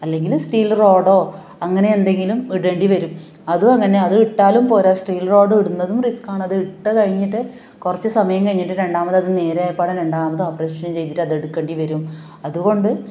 അല്ലെങ്കിൽ സ്റ്റീൽ റോഡോ അങ്ങനെ എന്തെങ്കിലും ഇടേണ്ടി വരും അതും അങ്ങനെ അതും ഇട്ടാലും പോരാ സ്റ്റീൽ റോഡ് ഇടുന്നതും ഇത് കാണാതെ ഇട്ട് കഴിഞ്ഞിട്ട് കുറച്ച് സമയം കഴിഞ്ഞിട്ട് രണ്ടാമത് അത് നേരെ ആയപാടെ രണ്ടാമത് അത് ഓപ്പറേഷൻ ചെയ്തിട്ട് അതെടുക്കേണ്ടി വരും അതുകൊണ്ട്